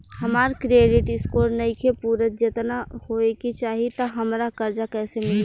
हमार credit score नईखे पूरत जेतना होए के चाही त हमरा कर्जा कैसे मिली?